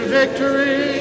victory